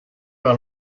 par